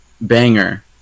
banger